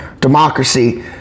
democracy